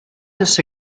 this